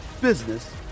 business